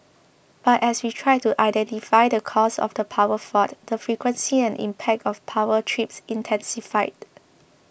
but as we tried to identify the cause of the power fault the frequency and impact of power trips intensified